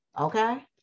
okay